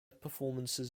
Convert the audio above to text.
performances